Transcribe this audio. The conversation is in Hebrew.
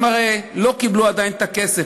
הם הרי לא קיבלו עדיין את הכסף,